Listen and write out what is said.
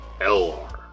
LR